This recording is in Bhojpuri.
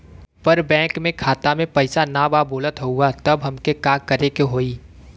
पर बैंक मे खाता मे पयीसा ना बा बोलत हउँव तब हमके का करे के होहीं?